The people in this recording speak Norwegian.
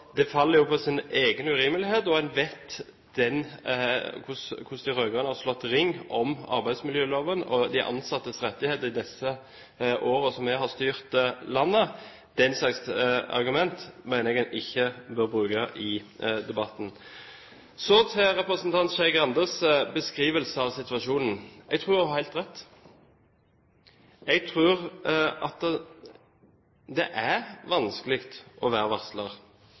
faller på sin egen urimelighet når en vet hvordan de rød-grønne har slått ring om arbeidsmiljøloven og de ansattes rettigheter i de årene vi har styrt landet. Den slags argumenter mener jeg vi ikke må bruke i debatten. Så til representanten Skei Grandes beskrivelse av situasjonen. Jeg tror hun har helt rett. Jeg tror det er vanskelig å være